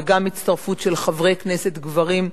וגם הצטרפות של חברי כנסת גברים.